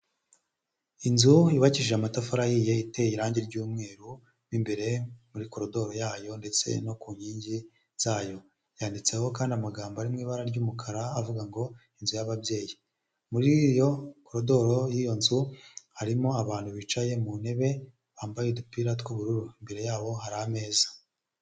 Inzu yubakishije amatafari ahiye iteye irangi ry'umweru, mu imbere muri koridoro yayo ndetse no ku nkingi zayo. Yanditseho kandi amagambo ari mu ibara ry'umukara avuga ngo inzu yaba'ababyeyi. Muri iyo koridoro y'iyo nzu harimo abantu bicaye mu ntebe bambaye udupira t'ubururu imbere yabo hari ameza.